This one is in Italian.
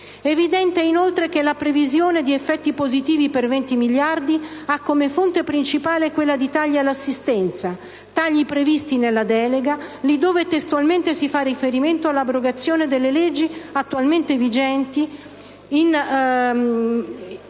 evidente che la previsione di effetti positivi per 20 miliardi di euro ha come fonte principale quella dei tagli all'assistenza, ovvero i tagli previsti nella delega, dove si fa testualmente riferimento all'abrogazione delle leggi attualmente vigente in materia